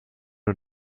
und